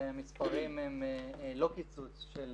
המספרים הם לא קיצוץ של